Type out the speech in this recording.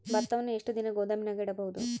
ಭತ್ತವನ್ನು ಎಷ್ಟು ದಿನ ಗೋದಾಮಿನಾಗ ಇಡಬಹುದು?